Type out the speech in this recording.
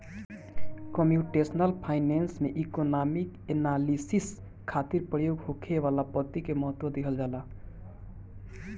computational finance में economic analysis खातिर प्रयोग होखे वाला पद्धति के महत्व दीहल जाला